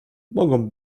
mogą